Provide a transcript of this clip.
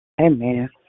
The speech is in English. Amen